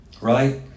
Right